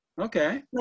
Okay